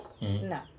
No